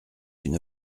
une